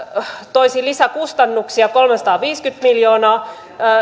toisi lisäkustannuksia kolmesataaviisikymmentä miljoonaa